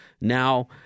Now